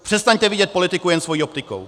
Přestaňte vidět politiku jen svojí optikou!